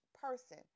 person